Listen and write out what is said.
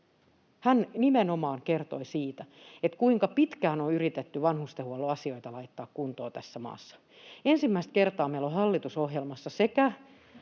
Hän nimenomaan kertoi siitä, kuinka pitkään on yritetty vanhustenhuollon asioita laittaa kuntoon tässä maassa. Ensimmäistä kertaa meillä on hallitusohjelmassa